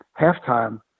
Halftime